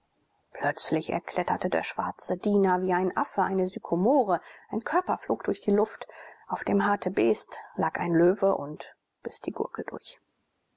plötzlich erkletterte der schwarze diener wie ein affe eine sykomore ein körper flog durch die luft auf dem hartebeest lag ein löwe und biß die gurgel durch